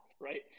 right